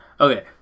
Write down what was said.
Okay